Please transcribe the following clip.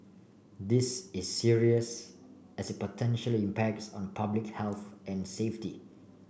this is serious as potentially impacts on public health and safety